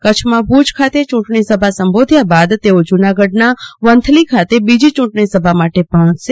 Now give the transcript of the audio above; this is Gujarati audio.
કચ્છમાં ભુજ ખાતે ચ્રૂંટણી સભા સંબોધ્યા બાદ તેઓ જૂનાગઢના વંથલી ખાતે બીજી ચૂંટણીસભા માટે પહોંચશે